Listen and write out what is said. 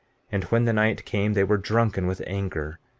and when the night came they were drunken with anger,